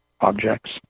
objects